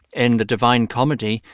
in the divine comedy,